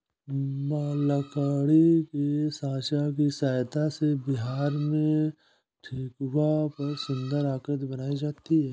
लकड़ी के साँचा की सहायता से बिहार में ठेकुआ पर सुन्दर आकृति बनाई जाती है